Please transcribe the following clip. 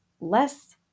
less